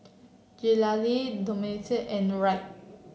Galilea Domenico and Wright